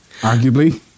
arguably